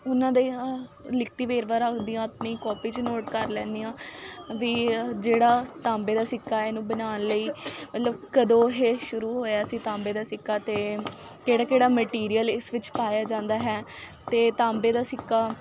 ਉਹਨਾਂ ਦਾ ਲਿਖਤੀ ਵੇਰਵਾ ਰੱਖਦੀ ਹਾਂ ਆਪਣੀ ਕਾਪੀ 'ਚ ਨੋਟ ਕਰ ਲੈਂਦੀ ਹਾਂ ਵੀ ਇਹ ਜਿਹੜਾ ਤਾਂਬੇ ਦਾ ਸਿੱਕਾ ਇਹਨੂੰ ਬਣਾਉਣ ਲਈ ਮਤਲਬ ਕਦੋਂ ਇਹ ਸ਼ੁਰੂ ਹੋਇਆ ਸੀ ਤਾਂਬੇ ਦਾ ਸਿੱਕਾ ਅਤੇ ਕਿਹੜਾ ਕਿਹੜਾ ਮਟੀਰੀਅਲ ਇਸ ਵਿੱਚ ਪਾਇਆ ਜਾਂਦਾ ਹੈ ਅਤੇ ਤਾਂਬੇ ਦਾ ਸਿੱਕਾ